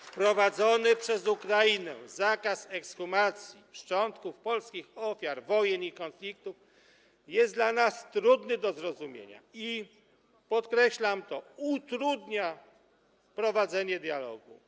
Wprowadzony przez Ukrainę zakaz ekshumacji szczątków polskich ofiar wojen i konfliktów jest dla nas trudny do zrozumienia i - podkreślam to - utrudnia prowadzenie dialogu.